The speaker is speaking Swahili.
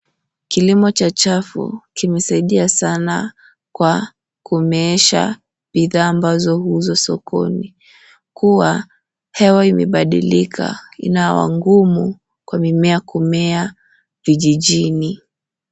Kilimo cha chafu, kimesaidia sana, kwa kumeesha bidhaa ambazo huuzwa sokoni, kuwa hewa imebadilika, inawa ngumu kwa mimea kumea kijijini.